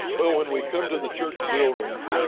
well, when we come to the church building,